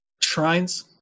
shrines